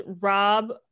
Rob